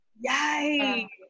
yay